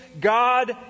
God